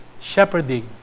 shepherding